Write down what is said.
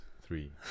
three